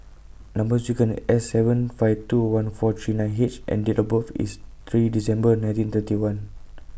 Number sequence S seven five two one four three nine H and Date of birth IS three December nineteen thirty one